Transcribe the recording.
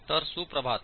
तरसुप्रभात